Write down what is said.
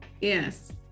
yes